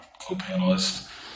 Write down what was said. co-panelists